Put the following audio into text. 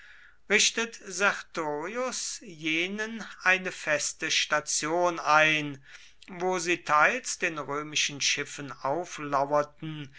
richtet sertorius jenen eine feste station ein wo sie teils den römischen schiffen auflauerten